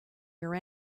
your